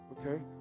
Okay